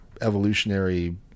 evolutionary